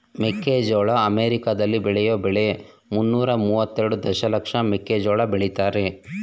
ಮೆಕ್ಕೆಜೋಳ ಅಮೆರಿಕಾಲಿ ಬೆಳೆಯೋ ಬೆಳೆ ಮುನ್ನೂರ ಮುವತ್ತೆರೆಡು ದಶಲಕ್ಷ ಮೆಕ್ಕೆಜೋಳ ಬೆಳಿತಾರೆ